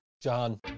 John